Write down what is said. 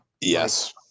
Yes